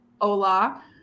Hola